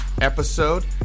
episode